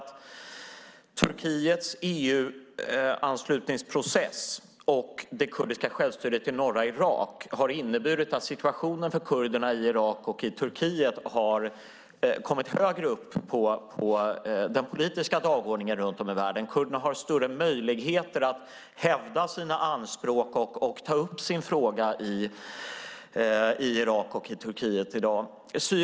Turkiets EU-anslutningsprocess och det kurdiska självstyret i norra Irak har dock inneburit att situationen för kurderna i Turkiet och Irak har kommit högre upp på den politiska dagordningen runt om i världen. Kurderna i Turkiet och Irak har större möjligheter att hävda sina anspråk och ta upp sin fråga.